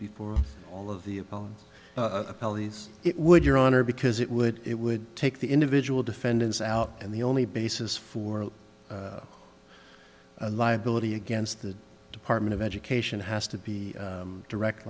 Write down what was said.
before all of the police it would your honor because it would it would take the individual defendants out and the only basis for liability against the department of education has to be direct